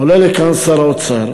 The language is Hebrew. עולה לכאן שר האוצר,